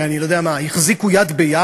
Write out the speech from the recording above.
אני לא יודע מה החזיקו יד ביד,